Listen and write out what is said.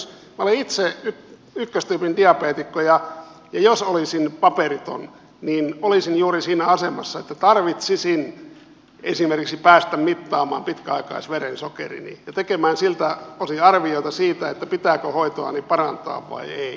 minä olen itse ykköstyypin diabeetikko ja jos olisin paperiton niin olisin juuri siinä asemassa että tarvitsisin esimerkiksi päästä mittaamaan pitkäaikaisverensokerini ja tekemään siltä osin arviota siitä pitääkö hoitoani parantaa vai ei